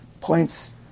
points